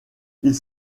ils